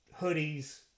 hoodies